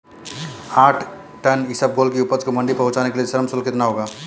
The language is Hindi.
आठ टन इसबगोल की उपज को मंडी पहुंचाने के लिए श्रम शुल्क कितना होगा?